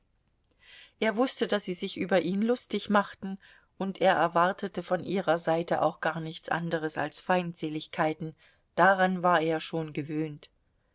er wußte daß sie sich über ihn lustig machten und erwartete von ihrer seite auch gar nichts anderes als feindseligkeiten daran war er schon gewöhnt